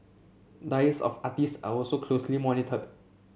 diets of artistes are also closely monitored